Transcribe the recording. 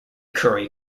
currie